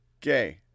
gay